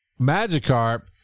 Magikarp